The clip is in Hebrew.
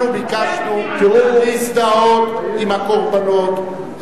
אנחנו ביקשנו להזדהות עם הקורבנות,